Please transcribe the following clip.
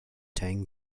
tang